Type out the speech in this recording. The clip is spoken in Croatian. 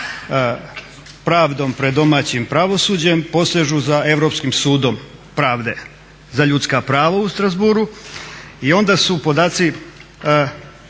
pravdom pred domaćim pravosuđem posežu za Europskim sudom pravde za ljudska prava u Strasbourgu i onda su podaci